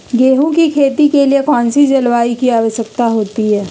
गेंहू की खेती के लिए कौन सी जलवायु की आवश्यकता होती है?